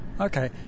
Okay